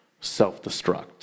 self-destruct